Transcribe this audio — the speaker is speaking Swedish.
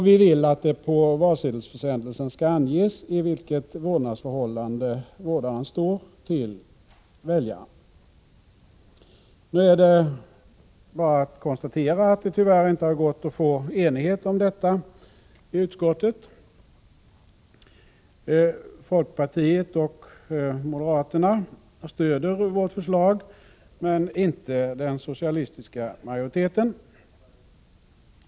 Vi vill att det på valsedelsförsändelsen skall anges i vilket vårdnadsförhållande vårdaren står till väljaren. Det är bara att konstatera att det tyvärr inte har gått att nå enighet om detta förslag i utskottet. Folkpartiet och moderaterna stöder vårt förslag men inte den socialistiska majoriteten.